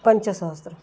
पञ्चसहस्रम्